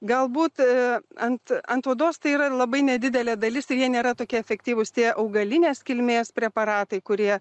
galbūt a ant ant odos tai yra labai nedidelė dalis ir jie nėra tokie efektyvūs tie augalinės kilmės preparatai kurie